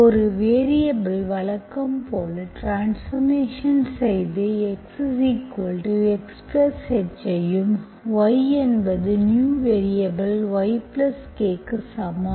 ஒரு வேரியபல் வழக்கம்போல ட்ரான்ஸ்பார்மேஷன் செய்து xXh ஐயும் y என்பது நியூ வேரியபல் Yk க்கு சமம்